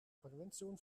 konvention